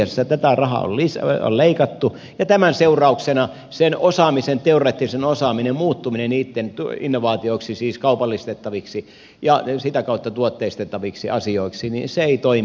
tosiasiassa tätä rahaa on leikattu ja tämän seurauksena sen teoreettisen osaamisen muuttuminen innovaatioiksi siis kaupallistettaviksi ja sitä kautta tuotteistettaviksi asioiksi ei toimi